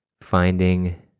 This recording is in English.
finding